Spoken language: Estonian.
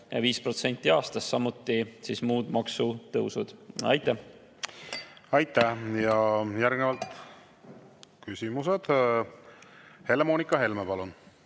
5% aastas, samuti muud maksutõusud. Aitäh! Aitäh! Järgnevalt küsimused. Helle-Moonika Helme, palun!